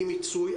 אי-מיצוי,